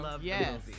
Yes